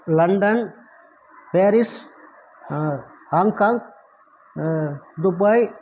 London Paris Hong Kong Dubai